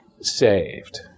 saved